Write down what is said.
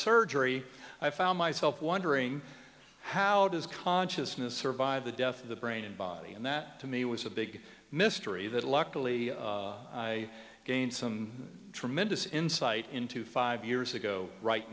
surgery i found myself wondering how does consciousness survive the death of the brain and body and that to me was a big mystery that luckily i gained some tremendous insight into five years ago right